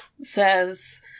says